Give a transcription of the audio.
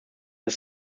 ist